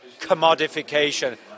commodification